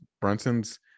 Brunson's